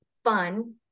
Fun